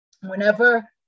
whenever